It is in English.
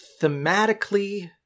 thematically